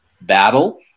battle